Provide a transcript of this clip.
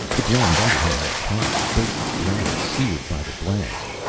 the ground under him was hot, baked dry, seared by the blast.